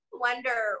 wonder